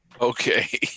Okay